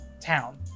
town